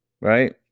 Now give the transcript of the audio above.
Right